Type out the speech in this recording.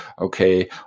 okay